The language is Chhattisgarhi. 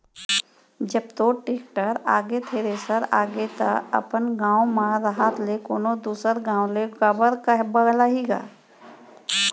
जब तोर टेक्टर आगे, थेरेसर आगे त अपन गॉंव म रहत ले कोनों दूसर गॉंव ले काबर बलाही गा?